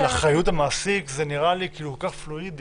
אחריות המעסיק" נראה לי כל כך פלואידי.